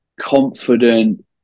confident